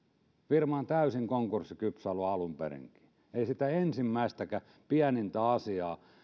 firma on täysin konkurssikypsä ollut alun perinkin ei sitä ensimmäistäkään pienintä asiaa